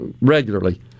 Regularly